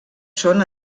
són